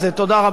תודה רבה.